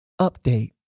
update